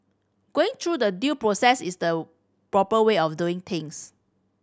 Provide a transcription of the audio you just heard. going through the due process is the proper way of doing things